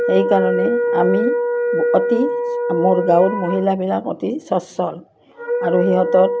সেইকাৰণে আমি অতি মোৰ গাঁৱৰ মহিলাবিলাক অতি স্বচ্ছল আৰু সিহঁতক